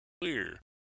clear